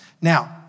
Now